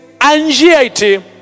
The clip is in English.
Anxiety